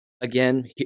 again